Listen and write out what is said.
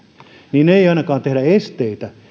niin ei ainakaan tehdä esteitä